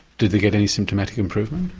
did they get any symptomatic improvement?